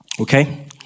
okay